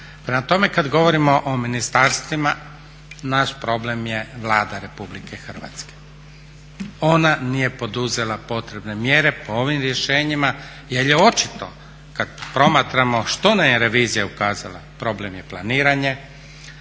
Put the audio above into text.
Prema tome, kad govorimo o ministarstvima naš problem je Vlada Republike Hrvatske. Ona nije poduzela potrebne mjere po ovim rješenjima jer je očito kad promatramo što nam je revizija ukazala, problem je planiranje,